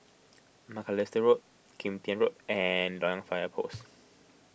Macalister Road Kim Tian Road and Loyang Fire Post